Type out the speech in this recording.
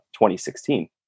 2016